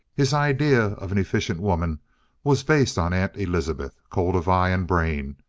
his idea of an efficient woman was based on aunt elizabeth, cold of eye and brain,